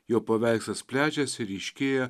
jo paveikslas plečiasi ryškėja